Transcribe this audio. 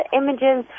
images